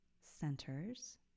centers